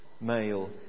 male